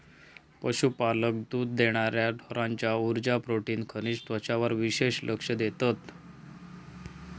पशुपालक दुध देणार्या ढोरांच्या उर्जा, प्रोटीन, खनिज तत्त्वांवर विशेष लक्ष देतत